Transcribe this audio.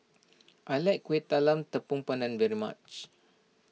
I like Kueh Talam Tepong Pandan very much